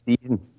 season